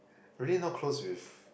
really not close with